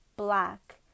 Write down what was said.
black